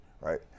right